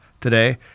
today